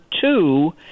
two